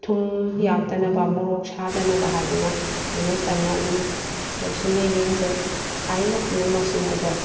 ꯊꯨꯝ ꯌꯥꯛꯇꯅꯕ ꯃꯣꯔꯣꯛ ꯁꯥꯗꯅꯕ ꯍꯥꯏꯗꯨꯅ ꯑꯩꯅ ꯀꯟꯅ ꯑꯗꯨꯝ ꯆꯦꯛꯁꯤꯟꯅ ꯌꯦꯡꯖꯩ ꯍꯥꯏꯔꯤꯕ ꯄꯨꯝꯅꯃꯛꯁꯤꯡ ꯑꯗꯣ